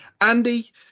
Andy